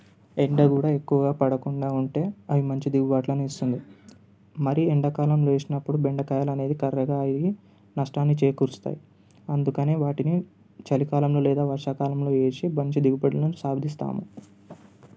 ఎండ కూడా ఎక్కువగా పడకుండా ఉంటే అది మంచి దిగుబాట్లను ఇస్తుంది మరీ ఎండా కాలం వేసినప్పుడు బెండకాయలు అనేవి కర్రెగా అయ్యి నష్టాన్ని చేకూరుస్తాయి అందుకనే వాటిని చలికాలంలో లేదా వర్షాకాలంలో వేసి మంచి దిగుబడులను సాధిస్తాము